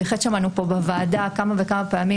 בהחלט שמענו פה בוועדה כמה וכמה פעמים,